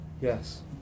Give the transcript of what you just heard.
Yes